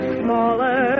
smaller